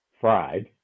fried